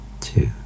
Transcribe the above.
two